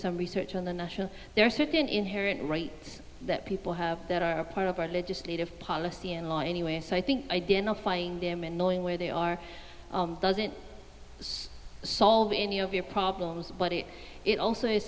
some research on the national there are certain inherent rights that people have that are part of our legislative policy and law anyway so i think identifying them and knowing where they are doesn't solve any of your problems but it it also is